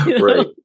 Right